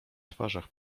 twarzach